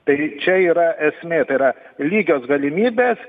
tai čia yra esmė tai yra lygios galimybės